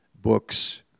books